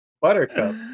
Buttercup